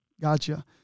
Gotcha